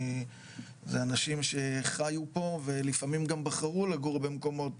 זה אנשים שחיו פה ולפעמים גם בחרו לגור במקומות